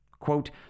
Quote